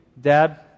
Dad